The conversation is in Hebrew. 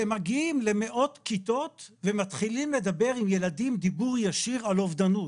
והם מגיעים למאות כיתות ומתחילים לדבר עם ילדים דיבור ישיר על אובדנות,